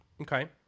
Okay